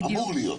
אמור להיות.